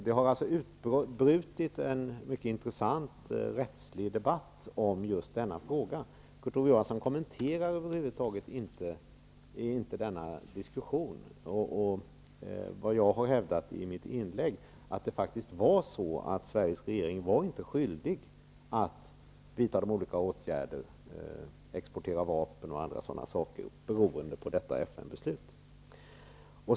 Det har alltså utbrutit en mycket intressant rättslig debatt om just denna fråga. Kurt Ove Johansson kommenterade över huvud taget inte denna diskussion eller det jag hävdade i mitt inlägg, nämligen att det faktiskt var så att Sveriges regering inte beroende på detta FN-beslut var skyldig att vidta de olika åtgärder -- exportera vapen och andra sådana saker -- som man gjorde.